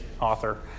author